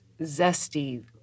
zesty